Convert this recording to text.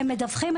הם מדווחים.